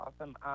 awesome